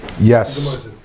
yes